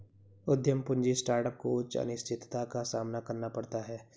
उद्यम पूंजी स्टार्टअप को उच्च अनिश्चितता का सामना करना पड़ता है